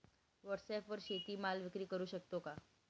व्हॉटसॲपवर शेती माल विक्री करु शकतो का?